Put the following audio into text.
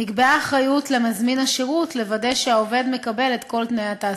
נקבעה אחריות למזמין השירות לוודא שהעובד מקבל את כל תנאי התעסוקה.